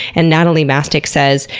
and natalie mastick says,